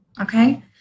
okay